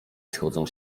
schodzą